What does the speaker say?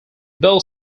bell